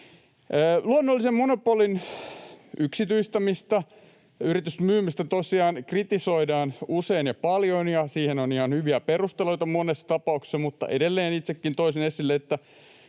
Luonnollisen monopolin yksityistämistä ja yritysmyymistä tosiaan kritisoidaan usein ja paljon, ja siihen on ihan hyviä perusteluita monessa tapauksessa, mutta edelleen itsekin toisin esille,